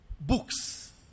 books